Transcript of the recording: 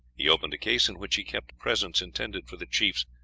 he opened a case in which he kept presents intended for the chiefs,